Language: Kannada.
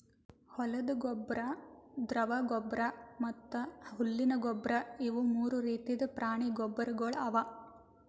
ಹೊಲ್ದ ಗೊಬ್ಬರ್, ದ್ರವ ಗೊಬ್ಬರ್ ಮತ್ತ್ ಹುಲ್ಲಿನ ಗೊಬ್ಬರ್ ಇವು ಮೂರು ರೀತಿದ್ ಪ್ರಾಣಿ ಗೊಬ್ಬರ್ಗೊಳ್ ಅವಾ